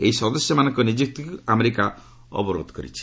ଏହି ସଦସ୍ୟମାନଙ୍କ ନିଯୁକ୍ତିକୁ ଆମେରିକା ଅବରୋଧ କରିଛି